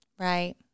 Right